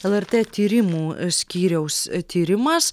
lrt tyrimų skyriaus tyrimas